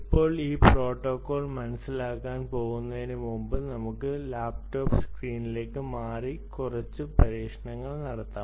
ഇപ്പോൾ ഈ പ്രോട്ടോക്കോൾ മനസിലാക്കാൻ പോകുന്നതിനുമുമ്പ് നമുക്ക് ലാപ്ടോപ്പ് സ്ക്രീനിലേക്ക് മാറി കുറച്ച് പരീക്ഷണങ്ങൾ നടത്താം